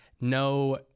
no